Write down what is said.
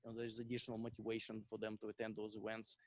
um there's additional motivation for them to attend those events,